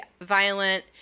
violent